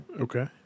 Okay